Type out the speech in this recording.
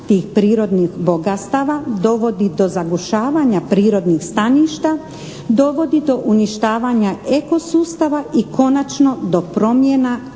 tih prirodnih bogatstava, dovodi do zagušavanja prirodnih staništa, dovodi do uništavanja eko sustava i konačno do promjena koje